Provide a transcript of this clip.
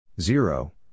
Zero